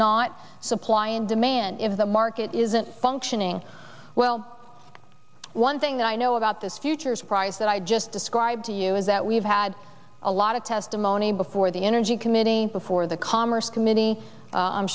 not supply and demand if the market isn't functioning well one thing i know about this futures price that i just described to you is that we've had a lot of testimony before the energy committee before the commerce committee i'm